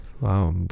Wow